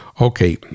okay